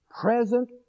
present